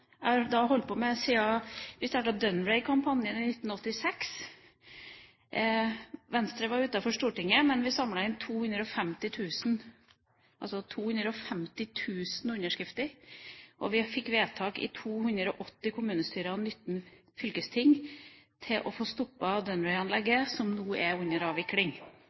jeg har holdt på med siden vi startet Dounreay-kampanjen i 1986. Venstre var utenfor Stortinget, men vi samlet inn 250 000 underskrifter. Vi fikk vedtak i 280 kommunestyrer og 19 fylkesting om å stoppe Dounreay-anlegget, som nå er under avvikling.